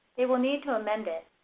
they will need to amend it.